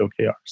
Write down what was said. OKRs